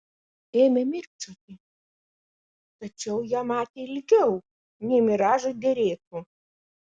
ėmė mirkčioti tačiau ją matė ilgiau nei miražui derėtų